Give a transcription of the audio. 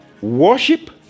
Worship